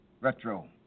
Retro